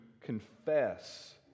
confess